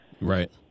Right